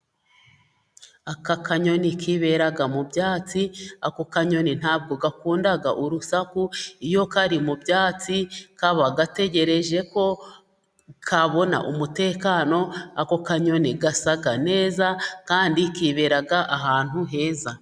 aka kanyoni kibera mu byatsi ako kanyoni ntabwo gakunda urusaku iyo kari mu byatsi kaba gategereje ko kabona umutekano ako kanyoni gasa neza kandi kibera ahantu heza.